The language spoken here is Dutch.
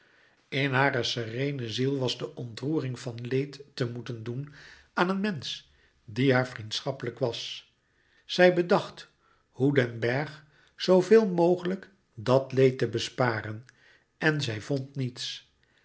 in haar sereene ziel was de ontroering van leed te moeten doen aan een mensch die haar vriendschappelijk was zij bedacht hoe den bergh zooveel mogelijk dat leed te besparen en zij vond niets